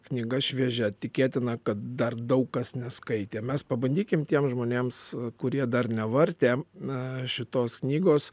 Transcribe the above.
knyga šviežia tikėtina kad dar daug kas neskaitė mes pabandykim tiem žmonėms kurie dar nevartė a šitos knygos